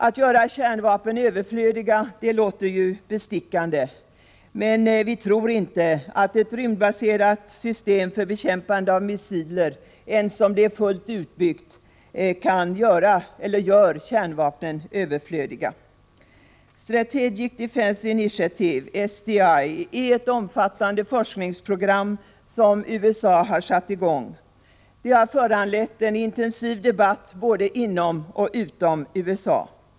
Att göra kärnvapen överflödiga låter ju bestickande, men vi tror inte att ett rymdbaserat system för bekämpande av missiler, ens om det är fullt utbyggt, kan göra kärnvapen överflödiga. Strategic Defense Initiative, SDI, är ett omfattande forskningsprogram som USA satt i gång. Det har föranlett en intensiv debatt både inom och utom USA.